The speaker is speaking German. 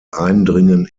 eindringen